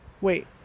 Wait